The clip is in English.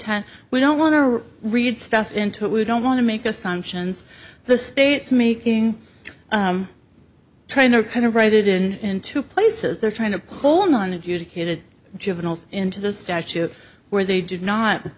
intent we don't want to read stuff into it we don't want to make assumptions the state's making trainer kind of write it in in two places they're trying to hold on to do to kid juveniles into the statute where they did not